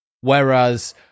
whereas